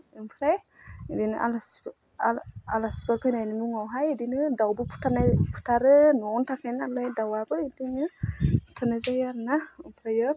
ओमफ्राय ओरैनो आलासिफोर आलासिफोर फैनायनि मुङावहाय बिदिनो दाउबो बुथारनाय बुथारो न'वावनो थाखायो नालाय दावाबो ओंखायनो बुथारनाय जायो आरो ना ओमफ्रायो